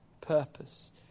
purpose